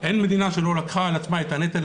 אין מדינה שלא לקחה על עצמה את הנטל,